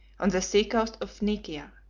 on the sea-coast of phoenicia.